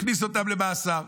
הוא הכניס אותם למאסר.